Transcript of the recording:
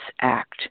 act